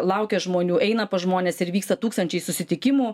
laukia žmonių eina pas žmones ir vyksta tūkstančiai susitikimų